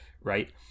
right